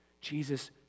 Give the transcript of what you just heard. Jesus